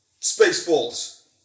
Spaceballs